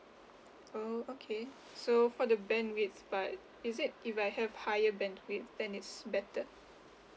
oh okay so for the bandwidth but is it if I have higher bandwidth then it's better